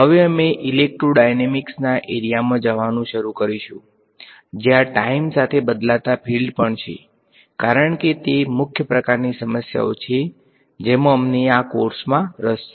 હવેઅમે ઇલેક્ટ્રોડાયનેમિક્સના એરીયામાં જવાનું શરૂ કરીશું જ્યાં ટાઈમ સાથે બદલાતા ફીલ્ડ પણ છે કારણ કે તે મુખ્ય પ્રકારની સમસ્યાઓ છે જેમાં અમને આ કોર્સમાં રસ છે